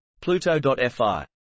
Pluto.fi